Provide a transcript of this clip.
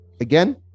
again